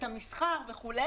את המסחר וכו',